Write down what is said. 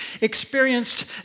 experienced